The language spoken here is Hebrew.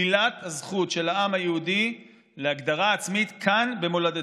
שלילת הזכות של העם היהודי להגדרה עצמית כאן במולדתו.